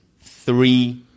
three